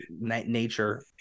nature